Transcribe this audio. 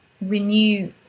renew